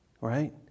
right